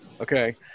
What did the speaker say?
Okay